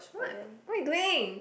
what what you doing